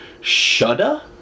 shudder